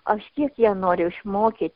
aš tiek ją noriu išmokyt